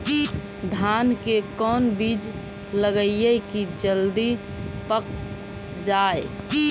धान के कोन बिज लगईयै कि जल्दी पक जाए?